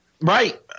Right